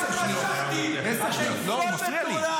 הסכם בוררות, ממש משכתי, אתם שמאל מטורלל.